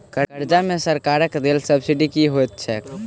कर्जा मे सरकारक देल सब्सिडी की होइत छैक?